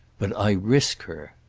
but i risk her!